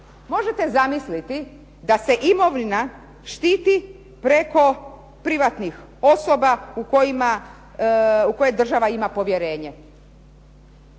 Možete zamisliti da se imovina štiti preko privatnih osoba u koje država ima povjerenje.